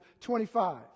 25